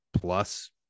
plus